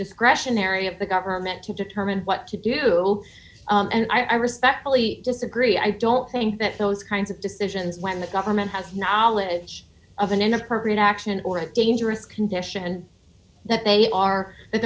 discretionary at the government to determine what to do and i respectfully disagree i don't think that those kinds of decisions when the government has knowledge of an inappropriate action or a dangerous condition and that they are